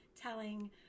telling